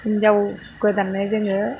हिनजाव गोदाननो जोङो